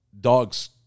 Dog's